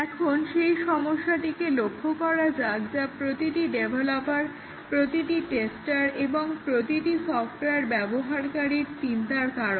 এখন সেই সমস্যাটিকে লক্ষ্য করা যাক যা প্রতিটি ডেভলপার প্রতিটি টেস্টার এবং প্রতিটি সফটওয়্যার ব্যবহারকারীর চিন্তার কারণ